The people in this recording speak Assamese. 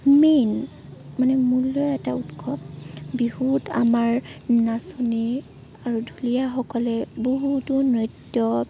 মেইন মানে মূল এটা উৎসৱ বিহুত আমাৰ নাচনী আৰু ঢুলীয়াসকলে বহুতো নৃত্য